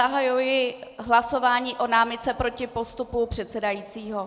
Zahajuji hlasování o námitce proti postupu předsedajícího.